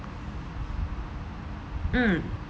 mm